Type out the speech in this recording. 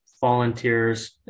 volunteers